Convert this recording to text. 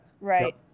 right